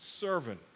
servant